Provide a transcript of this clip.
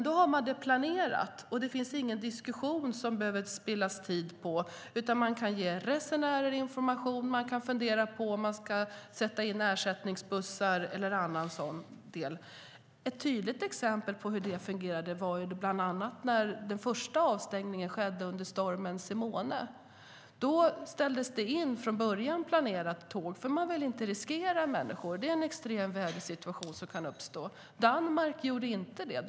Då har man det planerat, och då finns det ingen diskussion som man behöver spilla tid på, utan man kan ge resenärer information och fundera över om man ska sätta in ersättningsbussar eller något annat. Ett tydligt exempel på hur det fungerade var när den första avstängningen skedde under stormen Simone. Då ställdes det in tåg - från början planerat - eftersom man inte ville riskera människor. Det var en extrem vädersituation som kan uppstå. Danmark gjorde inte det.